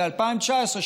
ב-2019,